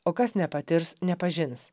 o kas nepatirs nepažins